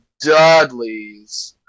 Dudleys